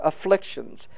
afflictions